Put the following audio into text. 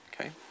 Okay